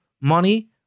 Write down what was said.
money